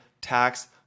tax